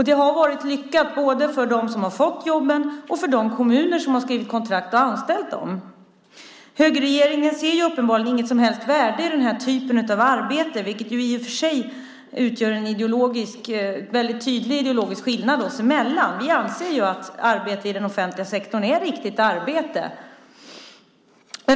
Det har varit lyckat både för dem som har fått jobben och för de kommuner som har skrivit kontrakt och anställt dem. Högerregeringen ser uppenbarligen inget som helst värde i den här typen av arbete. Det är i och för sig en mycket tydlig ideologisk skillnad mellan oss. Vi anser att arbete i den offentliga sektorn är ett riktigt arbete.